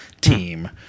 team